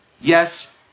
yes